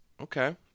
Okay